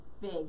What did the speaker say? big